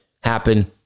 happen